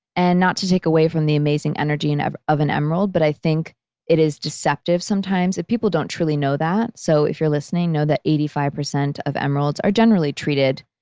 and not to take away from the amazing energy and of of an emerald, but i think it is deceptive sometimes that people don't truly know that. so, if you're listening, know that eighty five percent of emeralds are generally treated.